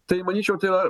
tai manyčiau tai yra